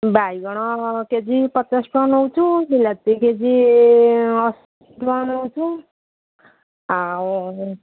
ବାଇଗଣ K G ପଚାଶ ଟଙ୍କା ନେଉଛୁ ବିଲାତି କେ ଜି ଅଶୀ ଟଙ୍କା ନେଉଛୁ ଆଉ